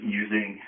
using